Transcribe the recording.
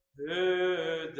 to